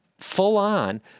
Full-on